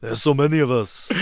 ah so many of us.